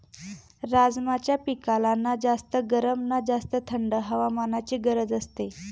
राजमाच्या पिकाला ना जास्त गरम ना जास्त थंड हवामानाची गरज असते